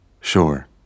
Sure